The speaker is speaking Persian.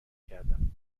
کردم